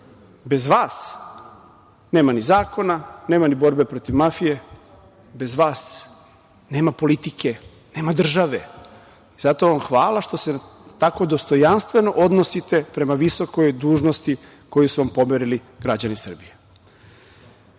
bez vas nema ni zakona, nema ni borbe protiv mafije, bez vas nema politike, nema države. Zato vam hvala što se tako dostojanstveno odnosite prema visokoj dužnosti koje su vam poverili građani Srbije. Ovde